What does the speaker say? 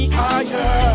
higher